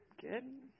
Good